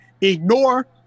Ignore